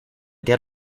get